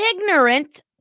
ignorant